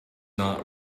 not